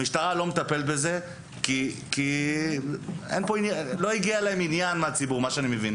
המשטרה לא מטפלת בזה כי אני מבין מהם שלא היה להם עניין מצד הציבור.